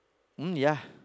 mm ya